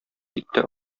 китте